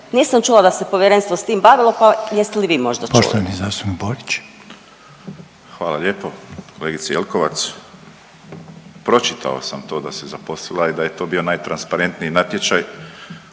Nisam čula da se povjerenstvo s tim bavilo, pa jeste li vi možda čuli? **Reiner, Željko (HDZ)** Poštovani zastupnik Borić. **Borić, Josip (HDZ)** Hvala lijepo. Kolegice Jelkovac, pročitao sam to da se zaposlila i da je to bio najtransparentniji natječaj